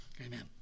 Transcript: Amen